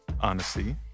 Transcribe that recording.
Honesty